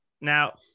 Now